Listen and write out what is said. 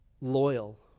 loyal